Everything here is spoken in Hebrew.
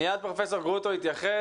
מיד פרופסור גרוטו יתייחס.